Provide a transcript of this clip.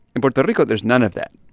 in puerto rico, there's none of that